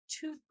two